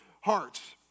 hearts